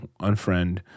unfriend